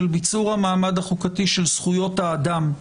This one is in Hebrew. ביצור המעמד החוקתי של זכויות האדם,